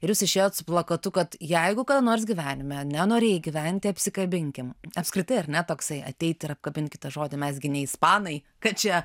ir jūs išėjot su plakatu kad jeigu kada nors gyvenime nenorėjai gyventi apsikabinkim apskritai ar ne toksai ateit ir apkabint kitą žodį mes gi ne ispanai kad čia